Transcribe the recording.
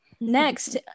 next